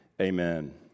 amen